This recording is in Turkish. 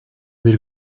bir